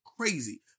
Crazy